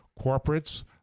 corporates